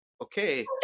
Okay